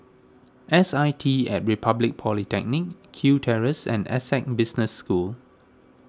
S I T at Republic Polytechnic Kew Terrace and Essec Business School